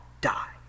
die